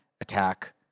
attack